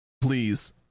Please